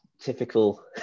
typical